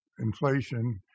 Inflation